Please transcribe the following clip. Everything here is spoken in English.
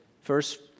first